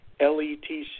LETC